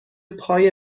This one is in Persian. پای